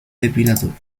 depilatoria